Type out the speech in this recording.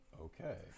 Okay